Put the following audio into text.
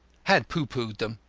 had pooh-poohed them.